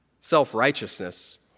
self-righteousness